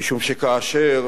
משום שכאשר